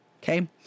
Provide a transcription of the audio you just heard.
Okay